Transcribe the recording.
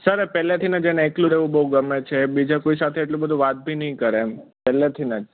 sir પેલેથી જેને એકલું રેહવું બોવ ગમે છે બીજા કોઈ સાથે એટલું બધુ વાતબી નય કરે પેલેથી ન